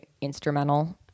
instrumental